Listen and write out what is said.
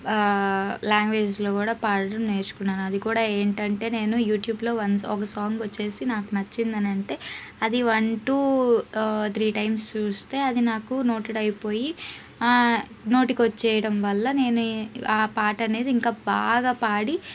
లాంగ్వేజ్లో కూడా పాడడం నేర్చుకున్నాను అది కూడా ఏంటంటే నేను యూట్యూబ్లో వన్స్ ఒక సాంగ్ వచ్చేసి నాకు నచ్చింది అని అంటే అది వన్ టూ త్రీ టైమ్స్ చూస్తే అది నాకు నోటెడ్ అయిపోయి నోటికి వచ్చేయడం వల్ల నేను ఆ పాట అనేది ఇంకా బాగా పాడి